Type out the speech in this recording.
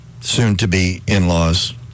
soon-to-be-in-law's